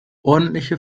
ordentliche